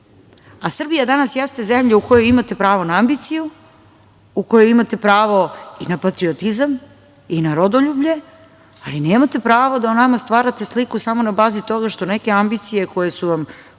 a Srbija danas jeste zemlja u kojoj imate pravo na ambiciju, u kojoj imate pravo i na patriotizam i na rodoljublje, ali nemate pravo da o nama stvarate sliku samo na bazi toga što neke ambicije koje su vam poprilično